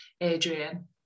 Adrian